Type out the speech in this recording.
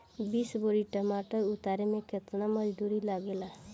बीस बोरी टमाटर उतारे मे केतना मजदुरी लगेगा?